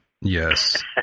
Yes